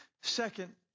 second